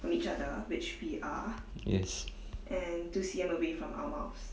yes